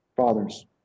Fathers